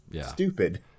stupid